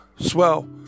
swell